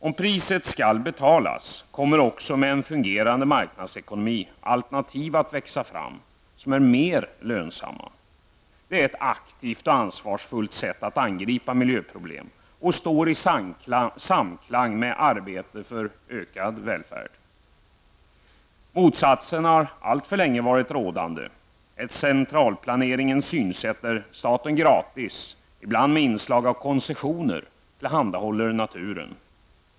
Om priset skall betalas, kommer också med en fungerande marknadsekonomi alltmer lönsamma alternativ att växa fram. Det är ett aktivt och ansvarsfullt sätt att angripa miljöproblem, och det står i samklang med arbete för ökad välfärd. Motsatsen har allför länge varit rådande -- ett centralplaneringens synsätt där staten gratis, ibland med inslag av koncessioner, tillhandahåller naturen.